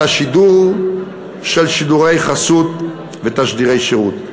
השידור של שידורי חסות ותשדירי שירות.